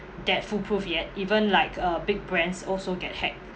that foolproof yet even like uh big brands also get hacked